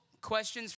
questions